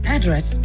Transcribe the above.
Address